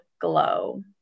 glow